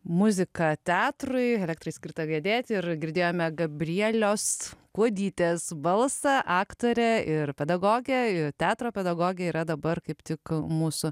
muziką teatrui elektrai skirta gedėti ir girdėjome gabrieliaus kuodytės balsą aktorę ir pedagogę ir teatro pedagogę yra dabar kaip tik mūsų